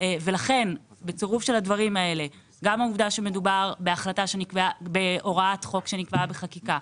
לכן גם העובדה שמדובר בהוראת חוק שנקבעה בחקיקה,